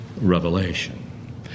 revelation